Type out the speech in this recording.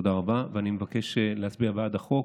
תודה רבה, ואני מבקש להצביע בעד החוק